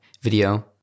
video